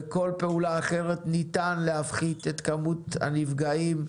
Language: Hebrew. וכל פעולה אחרת, ניתן להפחית את כמות הנפגעים,